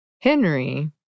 Henry